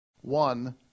One